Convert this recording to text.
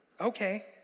okay